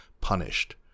punished